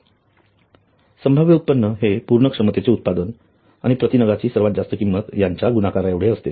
उत्पन्न वास्तविक उत्पन्न संभाव्य उत्पन्न संभाव्य उत्पन्न हे पूर्ण क्षमतेचे उत्पादन आणि प्रति नगाची सर्वात जास्त किंमत यांच्या गुणाकारा एवढे असते